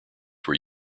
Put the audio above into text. were